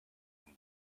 and